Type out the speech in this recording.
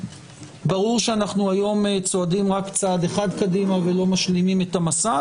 ברור שאנחנו היום צועדים רק צעד אחד קדימה ולא משלימים את המסע.